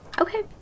Okay